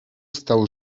stał